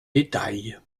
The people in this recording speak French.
détail